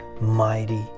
mighty